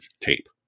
tape